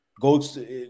goes